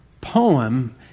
poem